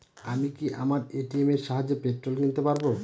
আমি কি আমার এ.টি.এম এর সাহায্যে পেট্রোল কিনতে পারব?